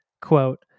Quote